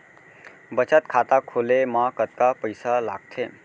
बचत खाता खोले मा कतका पइसा लागथे?